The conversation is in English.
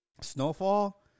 snowfall